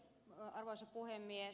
arvoisa puhemies